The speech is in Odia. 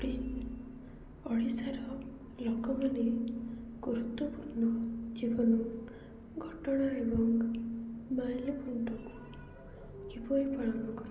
ଓଡ଼ି ଓଡ଼ିଶାର ଲୋକମାନେ ଗୁରୁତ୍ୱପୂର୍ଣ୍ଣ ଜୀବନ ଘଟଣା ଏବଂ ମାଇଲ ଖୁଣ୍ଟକୁ କିପରି ପାଳନ କରନ୍ତି